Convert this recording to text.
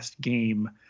game